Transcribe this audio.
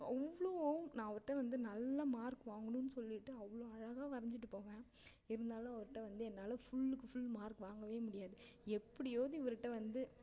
அவ்வளோ நான் அவர்கிட்ட வந்து நல்ல மார்க் வாங்கணுன்னு சொல்லிட்டு அவ்வளோ அழகாக வரைஞ்சிட்டு போவேன் இருந்தாலும் அவர்கிட்ட வந்து என்னால் ஃபுல்லுக்கு ஃபுல் மார்க் வாங்கவே முடியாது எப்படியாவது இவர்கிட்ட வந்து